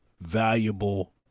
valuable